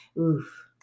Oof